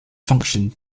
function